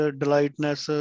delightness